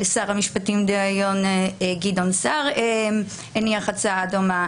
ושר המשפטים גדעון סער גם הניח הצעה דומה